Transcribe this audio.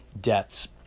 deaths